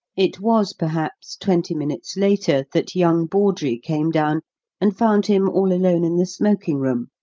it was, perhaps, twenty minutes later that young bawdrey came down and found him all alone in the smoking-room,